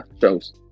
shows